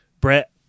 Brett